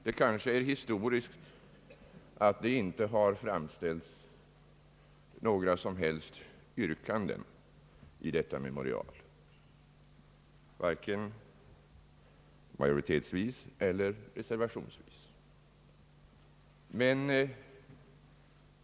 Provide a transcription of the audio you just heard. Det kanske är historiskt att det inte har framställts några som helst yrkanden i detta memorial, vare sig majoritetsvis eller reservationsvis.